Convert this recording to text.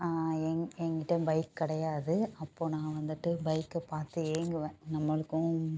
என் எங்கிட்ட பைக் கிடையாது அப்போது நான் வந்துட்டு பைக்கை பார்த்து ஏங்குவேன் நம்மளுக்கும்